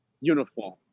uniform